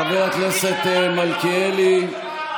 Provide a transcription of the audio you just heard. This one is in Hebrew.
זה ראש הממשלה של, חבר הכנסת מלכיאלי, תודה.